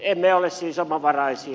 emme ole siis omavaraisia